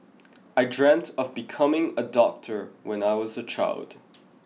I dreamt of becoming a doctor when I was a child